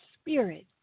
spirit